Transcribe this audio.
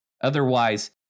Otherwise